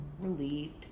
relieved